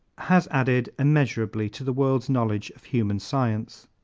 has added immeasurably to the world's knowledge of human science.